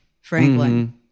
Franklin